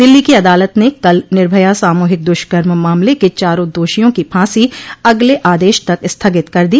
दिल्ली की अदालत ने कल निर्भया सामूहिक द्ष्कर्म मामले के चारों दाषियों की फांसी अगले आदेश तक स्थगित कर दी